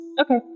okay